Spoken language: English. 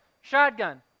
Shotgun